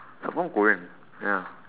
samsung korean ya